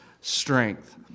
strength